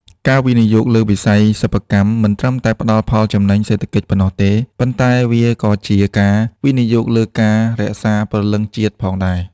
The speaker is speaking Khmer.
ការវិនិយោគលើវិស័យសិប្បកម្ម មិនត្រឹមតែផ្ដល់ផលចំណេញសេដ្ឋកិច្ចប៉ុណ្ណោះទេ ប៉ុន្តែវាក៏ជាការវិនិយោគលើការរក្សាព្រលឹងជាតិផងដែរ។